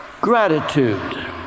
gratitude